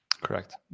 Correct